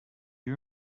you